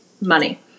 money